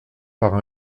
par